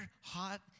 hot